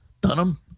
Dunham